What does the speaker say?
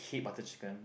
hate butter chicken